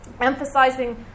emphasizing